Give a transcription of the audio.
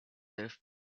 have